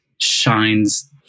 shines